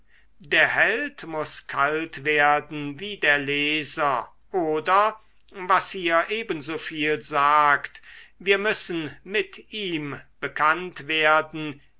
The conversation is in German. der held muß kalt werden wie der leser oder was hier ebensoviel sagt wir müssen mit ihm bekannt werden